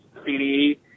CDE